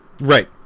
Right